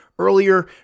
earlier